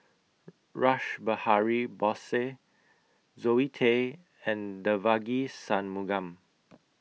Rash Behari Bose Zoe Tay and Devagi Sanmugam